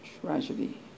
tragedy